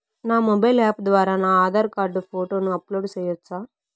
నా mobile app ద్వారా నా ఆధార్ కార్డు ఫోటోను అప్లోడ్ సేయొచ్చా?